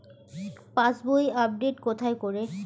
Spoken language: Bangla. পাসবই আপডেট কোথায় করে?